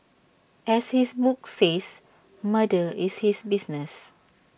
as his book says murder is his business